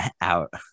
out